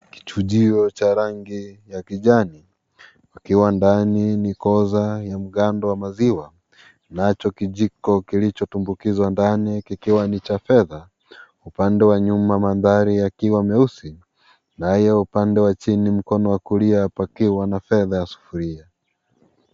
Kichungio ha rangi ya kijani ikiwa ndani ni kosa ya mgando wa maziwa kinacho kijiko kilichotumbukizwa ndani kikiwa ni cha fedha, upande wa nyuma mandhari yakiwa meusi naye upande wa chini mkono wa kuliwa pakiwa na fedha ya sufuria.